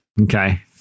Okay